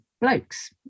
blokes